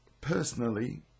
Personally